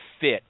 fit